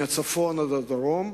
מהצפון עד הדרום.